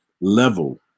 level